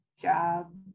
job